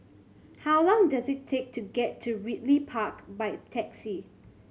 how long does it take to get to Ridley Park by taxi